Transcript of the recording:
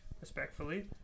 respectfully